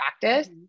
practice